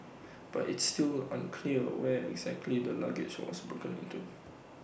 but it's still unclear where exactly the luggage was broken into